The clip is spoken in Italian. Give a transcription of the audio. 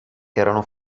erano